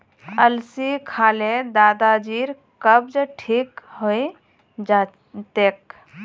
अलसी खा ल दादाजीर कब्ज ठीक हइ जा तेक